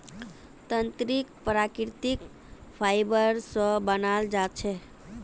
तंत्रीक प्राकृतिक फाइबर स बनाल जा छेक